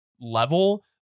level